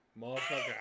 motherfucker